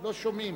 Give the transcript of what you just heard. לא שומעים.